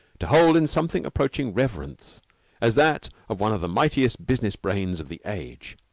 to hold in something approaching reverence as that of one of the mightiest business brains of the age.